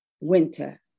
winter